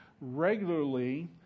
regularly